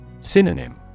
Synonym